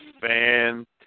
fantastic